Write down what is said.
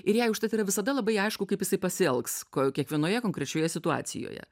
ir jai užtat yra visada labai aišku kaip jisai pasielgs ko kiekvienoje konkrečioje situacijoje